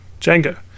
Django